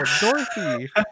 Dorothy